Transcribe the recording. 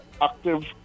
active